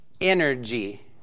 energy